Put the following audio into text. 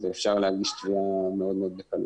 אפשר להגיש תביעה מאוד מאוד בקלות.